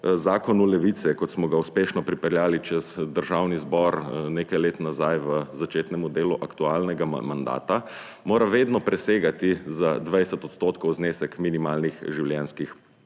zakonu Levice, kot smo ga uspešno pripeljali čez Državni zbor nekaj let nazaj v začetnem delu aktualnega mandata, mora vedno presegati za 20 % znesek minimalnih življenjskih